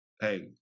hey